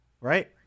right